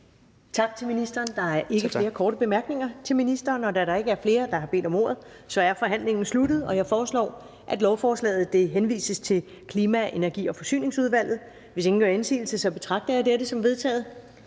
Tak til ministeren. Der er ikke flere korte bemærkninger til ministeren. Da der ikke er flere, der har bedt om ordet, er forhandlingen sluttet. Jeg foreslår, at lovforslaget henvises til Klima-, Energi- og Forsyningsudvalget. Hvis ingen gør indsigelse, betragter jeg dette som vedtaget.